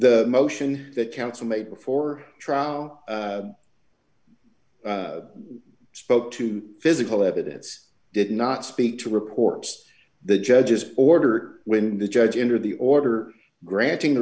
the motion that counsel made before trial spoke to physical evidence did not speak to reports the judge's order when the judge entered the order granting